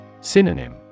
Synonym